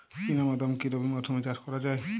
চিনা বাদাম কি রবি মরশুমে চাষ করা যায়?